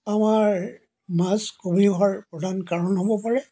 আমাৰ মাছ কমি অহাৰ প্ৰধান কাৰণ হ'ব পাৰে